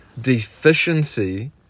deficiency